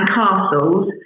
castles